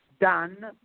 done